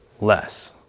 less